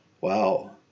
Wow